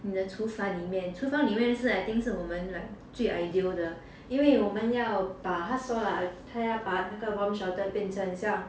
你的厨房里面厨房里面是 I think 是我们 like 最 ideal 的因为我们要要把他说啦他要把那个 bomb shelter 变成很像